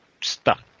stuck